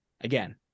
again